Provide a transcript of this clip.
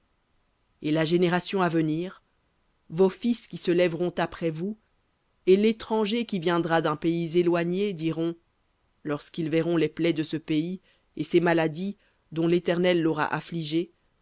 et la génération à venir vos fils qui se lèveront après vous et l'étranger qui viendra d'un pays éloigné diront lorsqu'ils verront les plaies de ce pays et ses maladies dont l'éternel l'aura affligé